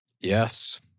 yes